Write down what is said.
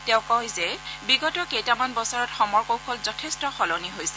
তেওঁ কয় যে বিগত কেইটামান বছৰত সমৰকৌশল যথেষ্ট সলনি হৈছে